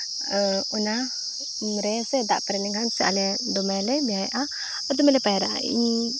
ᱚᱱᱟ ᱨᱮᱥᱮ ᱫᱟᱜ ᱯᱮᱨᱮᱡ ᱞᱮᱱᱠᱷᱟᱱ ᱥᱮ ᱟᱞᱮ ᱫᱚᱢᱮᱞᱮ ᱵᱮᱭᱟᱢᱮᱫᱼᱟ ᱟᱨ ᱫᱚᱢᱮᱞᱮ ᱯᱟᱭᱨᱟᱜᱼᱟ ᱤᱧ